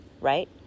right